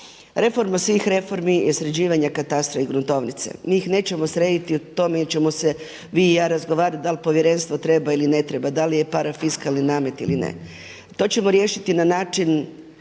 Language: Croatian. Reforma svih reformi je sređivanje katastra i gruntovnice. Njih nećemo srediti u tome jer ćemo se vi i ja razgovarati da li povjerenstvo treba ili ne treba, da li je parafiskalni namet ili ne. To ćemo riješiti na način